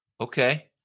okay